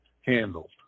handled